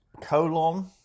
Colon